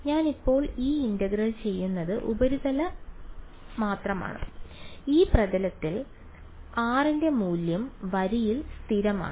ഞാൻ ഇപ്പോൾ ഈ ഇന്റഗ്രൽ ചെയ്യുന്നത് ഉപരിതല മാത്രമാണ് ഈ പ്രതലത്തിൽ r ന്റെ മൂല്യം വരിയിൽ സ്ഥിരമാണ്